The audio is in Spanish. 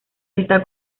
esta